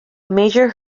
major